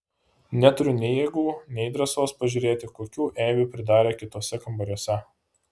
neturiu nei jėgų nei drąsos pažiūrėti kokių eibių pridarė kituose kambariuose